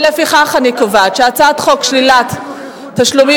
לפיכך אני קובעת שחוק שלילת תשלומים